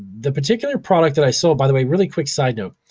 the particular product that i sold, by the way, really quick side note,